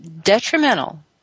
detrimental